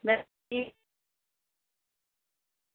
की